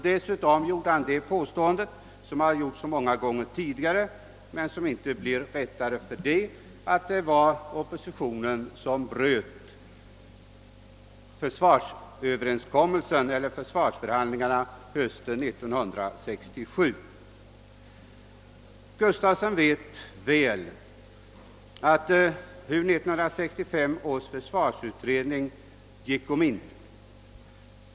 Dessutom gjorde herr Gustafsson det påståendet, som har gjorts så många gånger tidigare men som inte blir rättare för det, nämligen att det var oppositionen som bröt försvarsförhandlingarna hösten 1967. Herr Gustafsson vet säkert hur 1965 års försvarsutredning gick om intet.